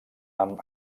amb